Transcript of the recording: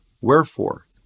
Wherefore